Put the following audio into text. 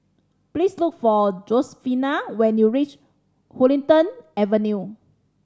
please look for Josefina when you reach Huddington Avenue